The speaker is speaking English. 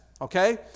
Okay